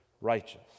righteous